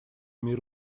мир